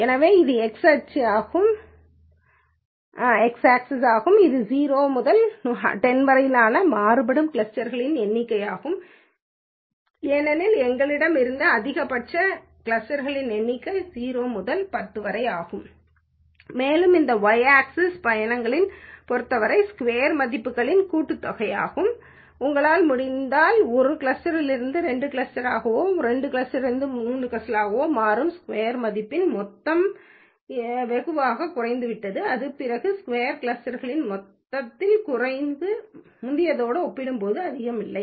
எனவே இது x axis ஆகும் இது 0 முதல் 10 வரை மாறுபடும் கிளஸ்டர்க்களின் எண்ணிக்கையாகும் ஏனெனில் எங்களிடம் இருந்த அதிகபட்ச கிளஸ்டர்க்களின் எண்ணிக்கை 0 முதல் 10 வரை ஆகும் மேலும் இந்த y ஆக்சிஸ் பயணங்களைப் பொறுத்தவரை ஸ்கொயர் மதிப்புகளின் கூட்டுத்தொகையாகும் உங்களால் முடிந்தால் 1 கிளஸ்டரிலிருந்து 2 கிளஸ்டர்களாகவும் 2 க்ளஸ்டர்களிலிருந்து 3 கிளஸ்டர்களாகவும் மாறும்போது ஸ்கொயர் மதிப்பின் மொத்தத்தில் இந்த மொத்தம் வெகுவாகக் குறைந்துவிட்டது அதன்பிறகு ஸ்கொயர்க் கிளஸ்டர்களின் மொத்தத்தில் குறைவு முந்தையவற்றோடு ஒப்பிடும்போது அதிகம் இல்லை